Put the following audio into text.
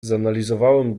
zanalizowałem